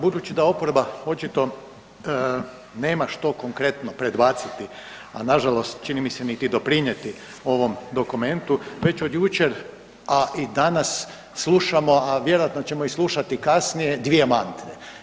Budući da oporba očito nema što konkretno predbaciti, a nažalost čini mi se, niti doprinijeti ovom dokumentu, već od jučer, a i danas slušamo, a vjerojatno ćemo i slušati kasnije, dvije mantre.